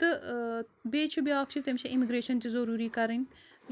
تہٕ ٲں بیٚیہِ چھُ بیٚاکھ چیٖز تٔمِس چھِ اِمِگرٛیشَن تہِ ضروٗری کَرٕنۍ